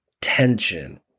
tension